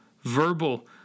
verbal